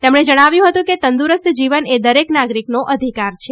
પ્રધાનમંત્રીએ જણાવ્યું હતું કે તંદુરસ્ત જીવન એ દરેક નાગરિકોનો અધિકાર છે